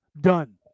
done